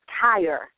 tire